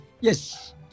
Yes